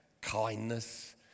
kindness